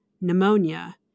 pneumonia